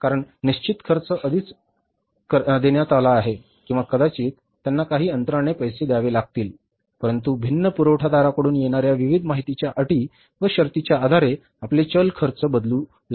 कारण निश्चित खर्च आधीच अगोदरच देण्यात आला आहे किंवा कदाचित त्यांना काही अंतराने पैसे द्यावे लागतील परंतु भिन्न पुरवठादारांकडून येणाऱ्या विविध माहितीच्या अटी व शर्तींच्या आधारे आपले चल खर्च बदलू लागतात